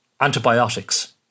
antibiotics